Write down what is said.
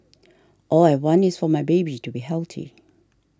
all I want is for my baby to be healthy